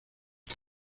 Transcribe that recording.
los